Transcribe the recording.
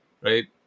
right